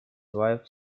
wife